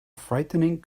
frightening